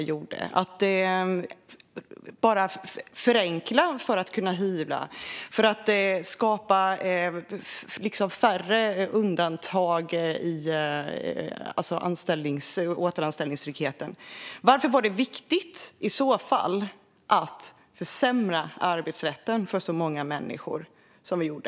Vi gjorde det enklare att hyvla och skapade färre undantag i återanställningstryggheten. Varför var det i så fall viktigt att försämra arbetsrätten för så många människor, som vi gjorde?